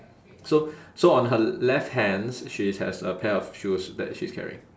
so so on her left hands she's has a pair of shoes that she's carrying